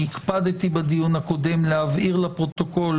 אני הקפדתי בדיון הקודם להבהיר לפרוטוקול,